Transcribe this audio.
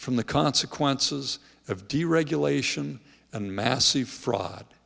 from the consequences of deregulation and massive fraud